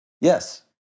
yes